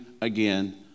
again